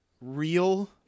real